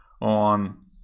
on